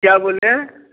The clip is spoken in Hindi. क्या बोलें